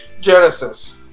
Genesis